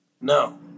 No